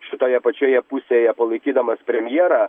šitoje pačioje pusėje palaikydamas premjerą